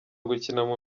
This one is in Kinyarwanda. gukina